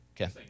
Okay